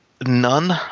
none